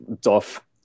doff